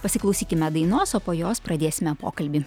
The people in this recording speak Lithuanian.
pasiklausykime dainos o po jos pradėsime pokalbį